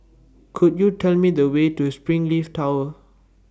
Could YOU Tell Me The Way to Springleaf Tower